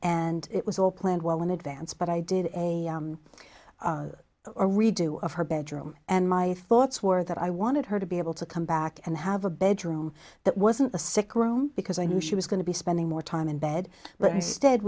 and it was all planned well in advance but i did a or redo of her bedroom and my thoughts were that i wanted her to be able to come back and have a bedroom that wasn't a sick room because i knew she was going to be spending more time in bed but instead